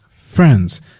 Friends